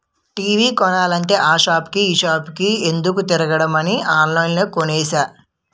TV కొనాలంటే ఆ సాపుకి ఈ సాపుకి ఎందుకే తిరగడమని ఆన్లైన్లో కొనేసా